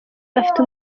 afite